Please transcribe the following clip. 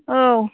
औ